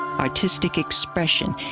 artistic expression,